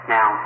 Now